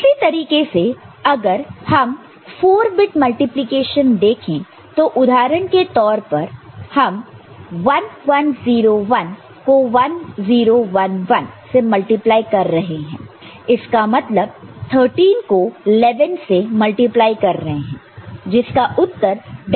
इसी तरीके से अगर हम दो 4 बिट मल्टीप्लिकेशन देखें तो उदाहरण के तौर पर हम 1 1 0 1 को 1 0 1 1 से मल्टीप्लाई कर रहे हैं इसका मतलब 13 को 11 से मल्टीप्लाई कर रहे हैं जिसका उत्तर डेसिमल में 143 है